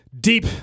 deep